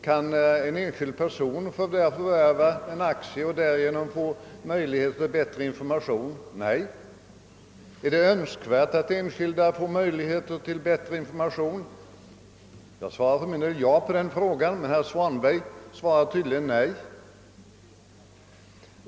Kan en enskild person förvärva en aktie i ett sådant företag och därigenom få möjlighet till bättre information? Nej! Är det önskvärt att enskilda får möjlighet till bättre information? Jag svarar för min del ja på den frågan, men herr Svanberg svarar tydligen nej.